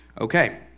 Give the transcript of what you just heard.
Okay